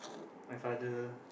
my father